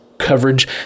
coverage